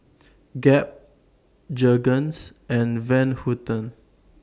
Gap Jergens and Van Houten